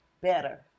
better